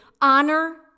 honor